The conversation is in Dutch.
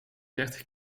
dertig